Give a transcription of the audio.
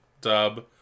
dub